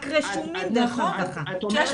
רק רשומים דרך רווחה.